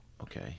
Okay